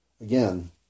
again